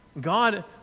God